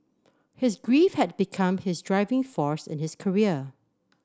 his grief had become his driving force in his career